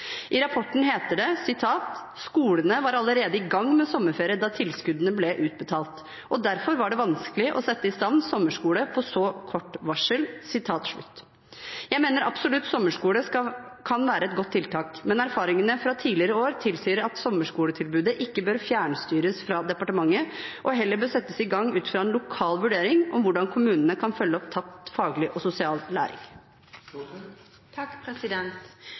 i 2020 og 2021. I rapporten heter det: «Skolene var allerede i gang med sommerferie da tilskuddet ble utbetalt, og derfor ble det vanskelig å sette i stand sommerskole på så kort varsel.» Jeg mener absolutt at sommerskole kan være et godt tiltak, men erfaringene fra tidligere år tilsier at sommerskoletilbudet ikke bør fjernstyres fra departementet, og heller bør settes i gang ut fra en lokal vurdering om hvordan kommunene kan følge opp tapt faglig og sosial